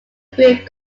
group